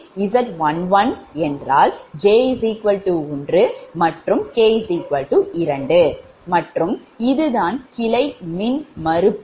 ஏனெனில் 𝑗 1 மற்றும் 𝑘 2 மற்றும் இது தான் கிளை மின்மறுப்பு